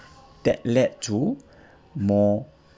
that led to more